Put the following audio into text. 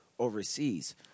overseas